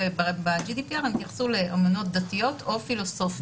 ב-GDPR הם התייחסו לאמונות דתיות או פילוסופיות.